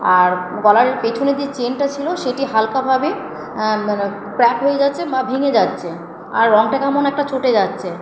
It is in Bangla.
আর গলার পেছনে যে চেনটা ছিল সেটি হালকাভাবে মানে ক্র্যাক হয়ে যাচ্ছে বা ভেঙে যাচ্ছে আর রঙটা কেমন একটা চটে যাচ্ছে